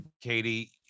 Katie